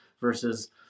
versus